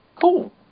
Cool